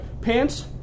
Pants